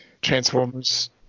Transformers